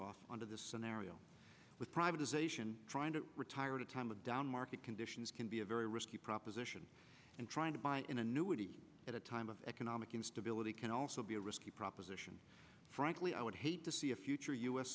under this scenario with privatization trying to retire at a time a down market conditions can be a very risky proposition and trying to buy an annuity at a time of economic instability can also be a risky proposition frankly i would hate to see a future u